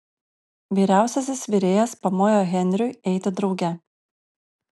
vyriausiasis virėjas pamojo henriui eiti drauge